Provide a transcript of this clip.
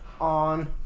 on